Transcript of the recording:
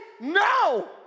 no